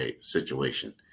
situation